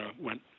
went